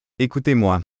Écoutez-moi